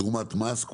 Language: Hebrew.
תרומת מס,